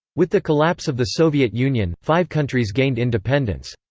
with the collapse of the soviet union, five countries gained independence.